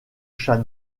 chat